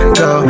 go